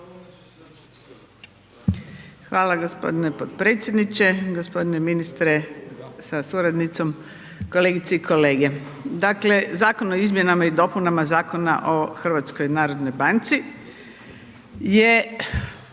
Hvala g. potpredsjedniče, g. ministre sa suradnicom, kolegice i kolege, dakle Zakon o izmjenama i dopunama Zakona o HNB-u je bez